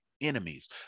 enemies